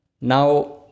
Now